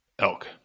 elk